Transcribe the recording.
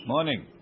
Morning